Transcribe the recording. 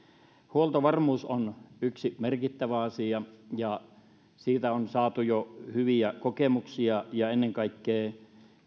huoltovarmuus on yksi merkittävä asia siitä on saatu jo hyviä kokemuksia ja ennen kaikkea